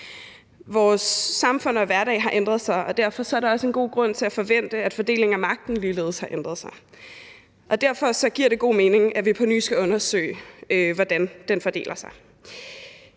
Vores samfund og hverdag har ændret sig, og derfor er der også en god grund til at forvente, at fordelingen af magten ligeledes har ændret sig. Derfor giver det god mening, at vi på ny skal undersøge, hvordan den fordeler sig.